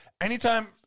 anytime